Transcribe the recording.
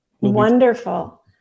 Wonderful